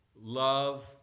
Love